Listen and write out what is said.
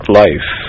life